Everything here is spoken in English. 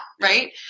Right